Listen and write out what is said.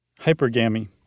Hypergamy